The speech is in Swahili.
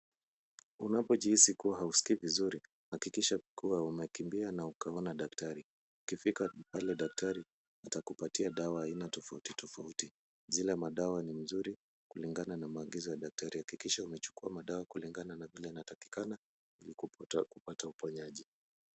Unapojihsi kuwa hauskii vizuri, hakikisha kuwa umekimbia na ukaona daktari. Ukifika pale daktari atakupatia dawa aina tofauti tofauti. Zile madawa ni mzuri kulingana na maagizo ya daktari. Hakikisha umechukua madawa kulingana na vile inatakikana, ili kupata uponyaji.